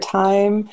time